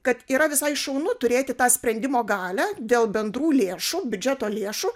kad yra visai šaunu turėti tą sprendimo galią dėl bendrų lėšų biudžeto lėšų